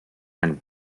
and